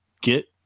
get